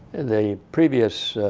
a previous